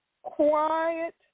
Quiet